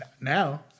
now